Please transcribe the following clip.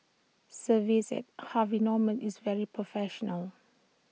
service at Harvey Norman is very professional